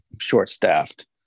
short-staffed